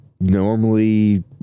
normally